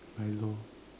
Milo